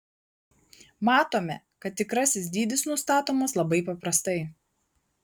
matome kad tikrasis dydis nustatomas labai paprastai